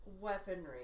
weaponry